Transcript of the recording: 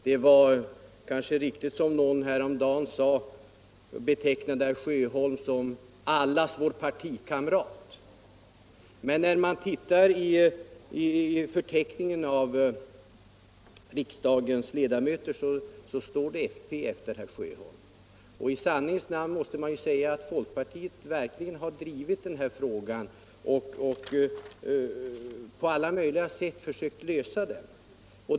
Det var kanske riktigt som någon häromdagen sade, att herr Sjöholm är ”allas vår partikamrat”. Men när man tittar i förteckningen över riksdagens ledamöter står det fp efter herr Sjöholms namn. Och i sanningens namn måste man konstatera att folkpartiet verkligen har drivit denna fråga och på alla möjliga sätt försökt lösa den.